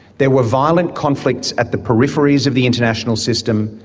there were violent conflicts at the peripheries of the international system,